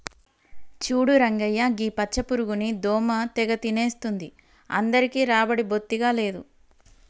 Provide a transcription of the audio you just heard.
చూడు రంగయ్య గీ పచ్చ పురుగుని దోమ తెగ తినేస్తుంది అందరికీ రాబడి బొత్తిగా లేదు